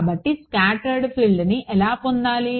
కాబట్టి స్కాటర్డ్ ఫీల్డ్ని ఎలా పొందాలి